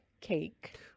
cake